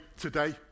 today